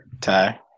Ty